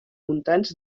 muntants